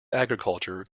agriculture